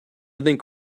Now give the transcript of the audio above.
think